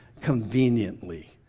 conveniently